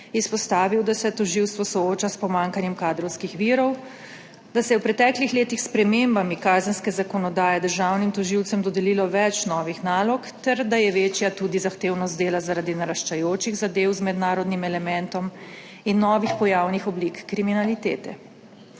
izpostavil, da se tožilstvo sooča s pomanjkanjem kadrovskih virov, da se je v preteklih letih s spremembami kazenske zakonodaje državnim tožilcem dodelilo več novih nalog ter da je večja tudi zahtevnost dela zaradi naraščajočih zadev z mednarodnim elementom in novih pojavnih oblik kriminalitete.